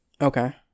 okay